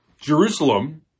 Jerusalem